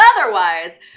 otherwise